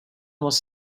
was